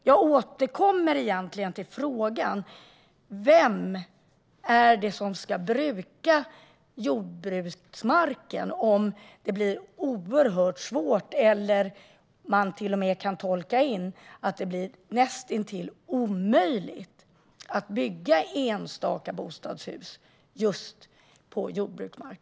Jag återkommer till frågan: Vem är det som ska bruka jordbruksmarken om det blir svårt eller näst intill omöjligt att bygga enstaka bostadshus på jordbruksmark?